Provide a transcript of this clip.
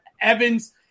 Evans